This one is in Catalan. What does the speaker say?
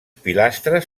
pilastres